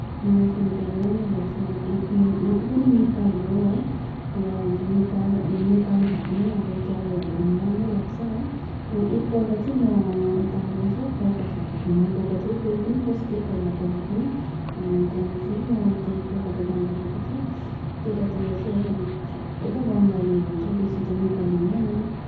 मलाई किनकि अब राम्रो लाग्छ अब आफ्नो आफू पनि नेपाली हो है र अन्त नेपाल नेपाली भएकोमै अब ट्रेभलहरू गर्न राम्रो लाग्छ है एकपल्ट चाहिँ म यता अब यसो कलकत्ताहरू घुम्न गएको थिएँ गई पनि बस्थेँ पहिला पहिला पनि त्यहाँदेखि फेरि म त्यहाँ कलकत्ता जाँदाखेरि चाहिँ त्यतातिर चाहिँ अब सबै त बङ्गालीहरू हुन्छ बेसी त नेपाली हुँदैन